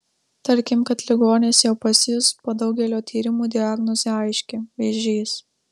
tarkim kad ligonis jau pas jus po daugelio tyrimų diagnozė aiški vėžys